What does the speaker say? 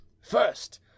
first